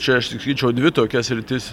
čia aš sakyčiau dvi tokias sritis